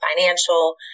financial